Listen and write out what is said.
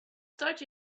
start